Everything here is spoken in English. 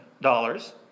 dollars